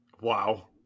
Wow